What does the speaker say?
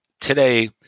today